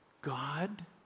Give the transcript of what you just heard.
God